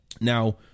now